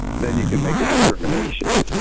then you can make a determination.